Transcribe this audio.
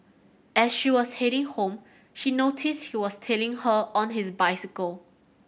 as she was heading home she noticed he was tailing her on his bicycle